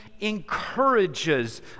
encourages